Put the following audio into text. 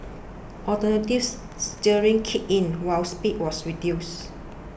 alternatives steering kicked in while speed was reduced